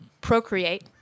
procreate